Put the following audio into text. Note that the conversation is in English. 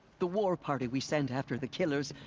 the war party we sent after the killers.